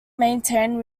maintained